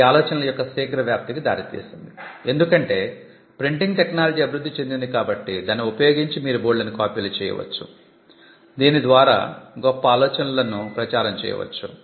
ఇది ఆలోచనల యొక్క శీఘ్ర వ్యాప్తికి దారితీసింది ఎందుకంటే ప్రింటింగ్ టెక్నాలజీ అభివృద్ధి చెందింది కాబట్టి దాన్ని ఉపయోగించి మీరు బోల్డన్ని కాపీలు చేయవచ్చు దీని ద్వారా గొప్ప ఆలోచనలను ప్రచారం చేయవచ్చు